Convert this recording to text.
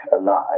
alive